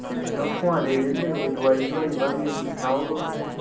ते मंहा उत्थोआं लेई लैंदे कोई दवाई शवाई बा फ्ही हून सनाओ तुस ते